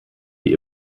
die